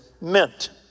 meant